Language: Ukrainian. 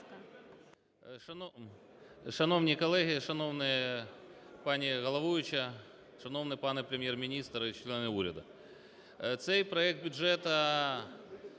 Шановні колеги, шановна пані головуюча, шановний пане Прем'єр-міністр і члени уряду, цей проект бюджету